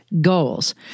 goals